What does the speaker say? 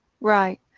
Right